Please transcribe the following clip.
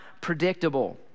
predictable